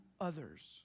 others